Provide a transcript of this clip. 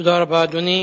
תודה רבה, אדוני.